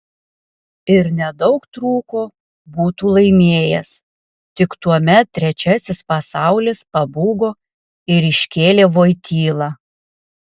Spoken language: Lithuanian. ir nedaug trūko būtų laimėjęs tik tuomet trečiasis pasaulis pabūgo ir iškėlė voitylą